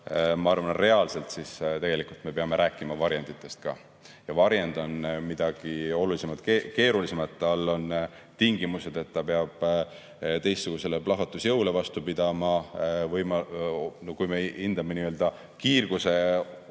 ma arvan, reaalselt, siis tegelikult me peame rääkima varjenditest ka. Ja varjend on midagi oluliselt keerulisemat. Tal on tingimused, et ta peab teistsugusele plahvatusjõule vastu pidama ja kui me hindame kiirgusohu